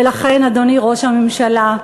ולכן, אדוני ראש הממשלה,